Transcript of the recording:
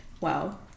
Wow